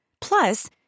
Plus